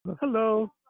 hello